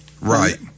Right